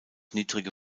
niedrige